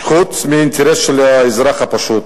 חוץ מאינטרס של האזרח הפשוט.